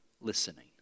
listening